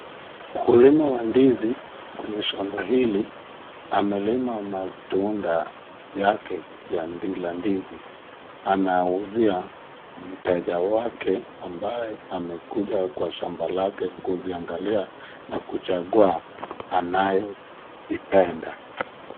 Mkulima wa ndizi kwenye shamba hili amelima matunda yake ya ndizi, anauzia mteja wake ambaye amekuja kwa shamba lake kuliangalia na kuchagua anayoipenda.